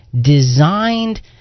designed